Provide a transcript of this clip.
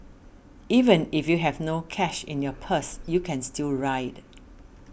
even if you have no cash in your purse you can still ride